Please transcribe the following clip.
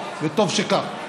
וטוב שכך,